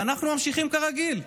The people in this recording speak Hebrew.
ואנחנו ממשיכים כרגיל.